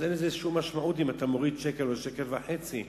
אז אין לזה שום משמעות אם אתה מוריד שקל או שקל וחצי,